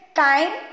time